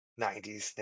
90s